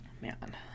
Man